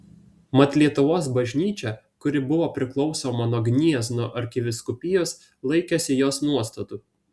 mat lietuvos bažnyčia kuri buvo priklausoma nuo gniezno arkivyskupijos laikėsi jos nuostatų